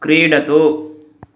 क्रीडतु